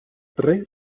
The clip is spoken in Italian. tre